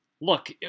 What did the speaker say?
Look